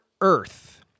earth